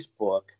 Facebook